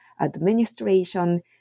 administration